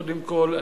קודם כול.